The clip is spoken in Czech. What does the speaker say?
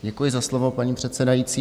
Děkuji za slovo, paní předsedající.